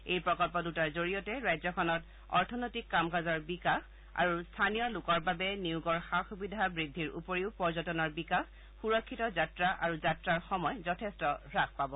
এই প্ৰকল্প দুটাৰ জৰিয়তে ৰাজ্যখনত অৰ্থনৈতিক কাম কাজৰ বিকাশ আৰু স্থানীয় লোকৰ বাবে নিয়োগৰ সুবিধা বৃদ্ধিৰ উপৰিও পৰ্যটনৰ বিকাশ সুৰক্ষিত যাত্ৰা আৰু যাত্ৰাৰ সময় যথেষ্ট হ্ৰাস পাব